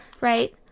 right